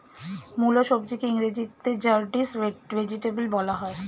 মুলো সবজিকে ইংরেজিতে র্যাডিশ ভেজিটেবল বলা হয়